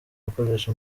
gukoresha